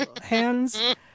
hands